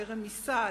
לרמיסה,